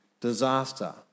disaster